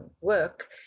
work